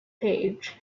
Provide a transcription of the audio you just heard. page